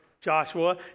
Joshua